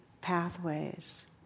pathways